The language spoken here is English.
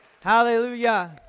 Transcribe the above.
Hallelujah